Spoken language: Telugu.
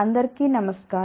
అందరికీ నమస్కారం